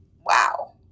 Wow